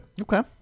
Okay